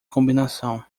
combinação